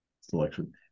selection